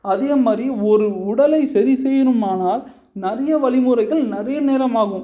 அதே மாதிரி ஒரு உடலை சரி செய்யணும்மானால் நிறைய வழிமுறைகள் நிறைய நேரம் ஆகும்